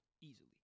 easily